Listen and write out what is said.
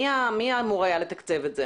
מי היה אמור לתקצב את זה?